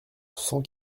cent